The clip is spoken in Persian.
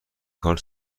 کار